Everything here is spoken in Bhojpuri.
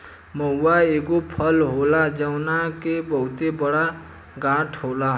महुवा एगो फल होला जवना के बहुते बड़ गाछ होला